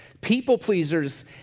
People-pleasers